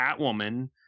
Catwoman